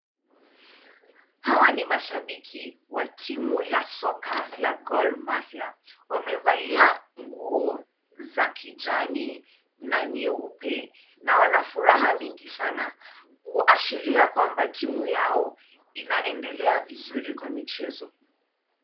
Hawa ni mashabiki wa timu la soka la Gormahi. Wamevalia nguo za kijani na nyeupe, na wanafuraha nyingi sana. Kuashiria kwamba, timu yao inaendelea vizuri kwa michezo.